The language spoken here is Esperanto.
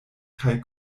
kaj